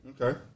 Okay